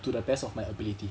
to the best of my ability